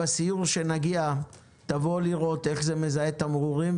תבוא לראות בסיור שנגיע אליו איך זה מזהה תמרורים,